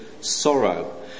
sorrow